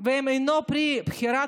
והם אינם פרי בחירה,